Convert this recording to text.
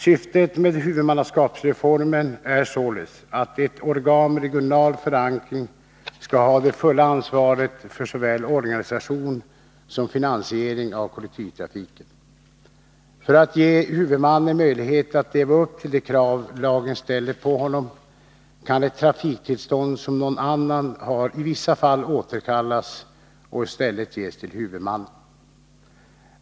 Syftet med huvudmannaskapsreformen är således att ett organ med regional förankring skall ha det fulla ansvaret för såväl organisation som finansiering av kollektivtrafiken. För att ge huvudmannen möjlighet att leva upp till de krav lagen ställer på honom kan ett trafiktillstånd som någon annan har i vissa fall återkallas och i stället ges till huvudmannen.